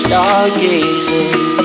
Stargazing